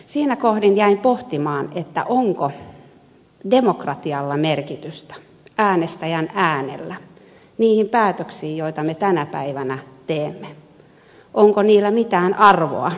siinä kohdin jäin pohtimaan onko demokratialla merkitystä äänestäjän äänellä niihin päätöksiin joita me tänä päivänä teemme onko niillä mitään arvoa